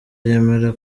yemera